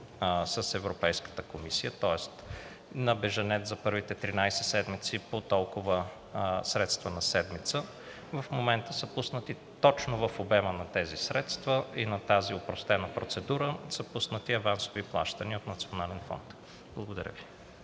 с Европейската комисия, тоест на бежанец за първите 13 седмици по толкова средства на седмица, в момента са пуснати, точно в обема на тези средства и на тази опростена процедура са пуснати авансови плащания от Националния фонд. Благодаря Ви.